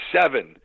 seven